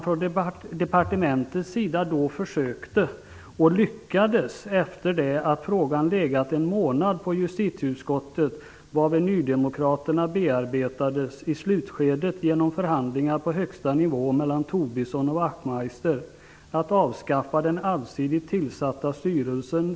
Från departementet försökte man avskaffa den allsidigt tillsatta styrelsen, med bl.a. kvinnlig representant för kanslipersonalen som utgör 70 % inom domstolsväsendet, till förmån för en styrelse bestående av höga domare.